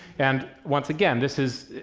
and once again, this is,